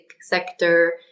sector